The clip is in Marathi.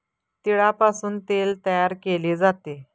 तिळापासून तेल तयार केले जाते